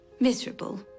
miserable